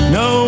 no